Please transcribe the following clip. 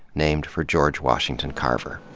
named for george washington carver.